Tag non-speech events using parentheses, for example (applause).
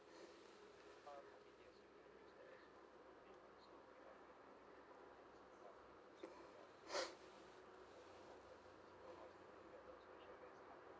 (noise)